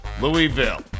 Louisville